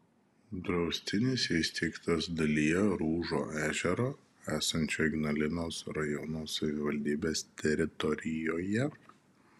draustinis įsteigtas dalyje rūžo ežero esančio ignalinos rajono savivaldybės teritorijoje